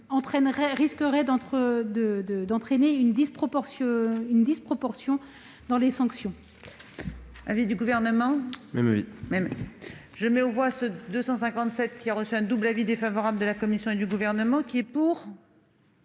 risquerait d'entraîner une disproportion dans les sanctions.